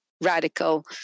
radical